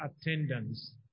attendance